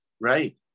right